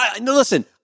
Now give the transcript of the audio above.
listen